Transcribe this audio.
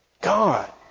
God